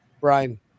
Brian